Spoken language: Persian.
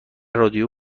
رادیو